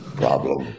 problem